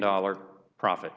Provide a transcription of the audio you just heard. dollars profit